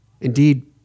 Indeed